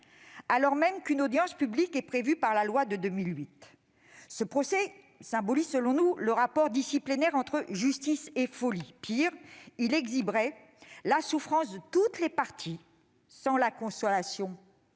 alors même qu'une audience publique est prévue par la loi de 2008. À nos yeux, ce procès symbolise le rapport disciplinaire entre justice et folie. Pis, il exhiberait la souffrance de toutes les parties sans permettre la « consolation